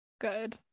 good